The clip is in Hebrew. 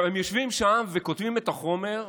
הם יושבים שם וכותבים את החומר.